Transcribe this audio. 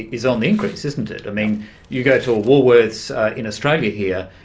is on the increase, isn't it? i mean you go to a woolworth's in australia here,